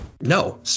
No